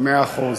מאה אחוז.